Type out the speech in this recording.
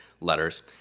letters